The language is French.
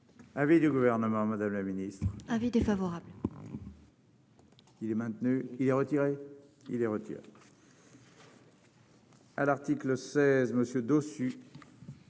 Avis du gouvernement, Madame la Ministre, avis défavorable. Qu'il est maintenu, il est retiré, il est retiré. à l'article 16 monsieur dessus.